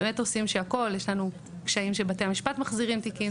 יש לנו קשיים שבתי משפט מחזירים תיקים.